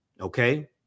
Okay